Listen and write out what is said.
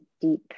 deep